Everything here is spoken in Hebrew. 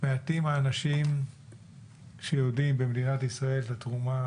מעטים האנשים במדינת ישראל שיודעים את התרומה